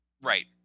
Right